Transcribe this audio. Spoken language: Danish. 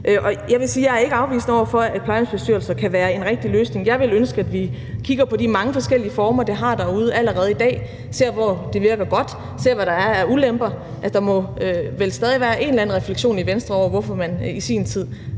Jeg vil sige, at jeg ikke er afvisende over for, at plejehjemsbestyrelser kan være en rigtig løsning. Jeg ville ønske, at vi kunne kigge på de mange forskellige former, det har derude allerede i dag, og se på, hvor det virker godt, og på, hvad der er af ulemper. Der må vel stadig væk være en eller anden refleksion i Venstre over, hvorfor man i sin tid